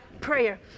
prayer